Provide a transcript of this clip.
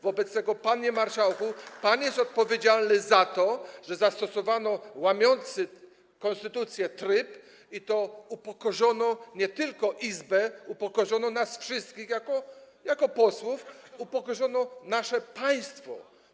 Wobec tego, panie marszałku, pan jest odpowiedzialny za to, że zastosowano łamiący konstytucję tryb i upokorzono nie tylko Izbę, upokorzono nas wszystkich jako posłów, upokorzono nasze państwo.